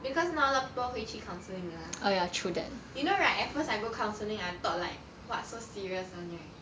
because not a lot of people 会去 counselling 的 lah you know right at first I go counselling I thought like !wah! so serious [one] right